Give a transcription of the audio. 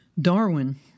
Darwin